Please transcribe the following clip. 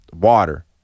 water